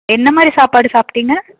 என்ன மாதிரி சாப்பாடு சாப்பிட்டிங்க